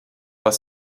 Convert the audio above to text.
was